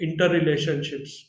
interrelationships